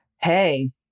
Hey